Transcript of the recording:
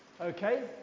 Okay